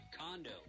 condo